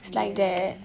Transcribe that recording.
yeah